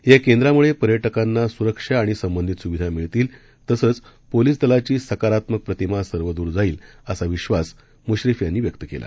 या केंद्रामुळे पर्यटकांना सुरक्षा आणि संबंधित सुविधा मिळतील तसंच पोलीस दलाची सकारात्मक प्रतिमा सर्वदूर जाईल असा विधास मुश्रीफ यांनी व्यक्त केला